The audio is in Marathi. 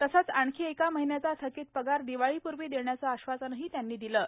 तसंच आणखी एका महिन्याचा थकीत पगार दिवाळीपूर्वी देण्याचं आश्वासनही त्यांनी दिलं आहे